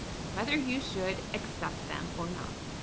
and whether you should accept them or not.